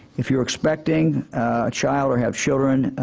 if you're expecting a child or have children,